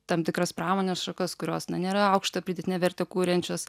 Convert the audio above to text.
tam tikras pramonės šakas kurios na nėra aukštą pridėtinę vertę kuriančios